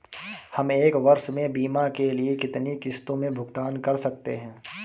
हम एक वर्ष में बीमा के लिए कितनी किश्तों में भुगतान कर सकते हैं?